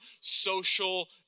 social